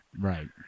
Right